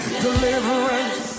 Deliverance